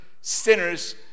sinners